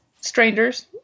strangers